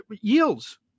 Yields